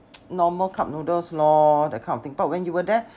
normal cup noodles lor that kind of thing but when you were there